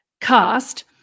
cast